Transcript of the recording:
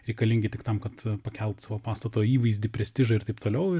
reikalingi tik tam kad pakelt savo pastato įvaizdį prestižą ir taip toliau